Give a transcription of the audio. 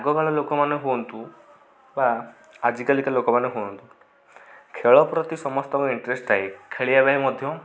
ଆଗକାଳ ଲୋକମାନେ ହୁଅନ୍ତୁ ବା ଆଜିକାଲିକା ଲୋକମାନେ ହୁଅନ୍ତୁ ଖେଳ ପ୍ରତି ସମସ୍ତଙ୍କ ଇଣ୍ଟରେଷ୍ଟ ଥାଏ ଖେଳିବା ପାଇଁ ମଧ୍ୟ